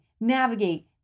navigate